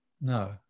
No